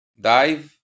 dive